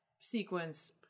sequence